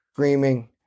Screaming